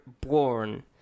born